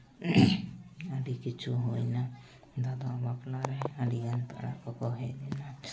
ᱟᱹᱰᱤ ᱠᱤᱪᱷᱩ ᱦᱩᱭᱱᱟ ᱫᱟᱫᱟᱣᱟᱜ ᱵᱟᱯᱞᱟ ᱨᱮ ᱟᱹᱰᱤᱜᱟᱱ ᱯᱮᱲᱟ ᱠᱚᱠᱚ ᱦᱮᱡ ᱞᱮᱱᱟ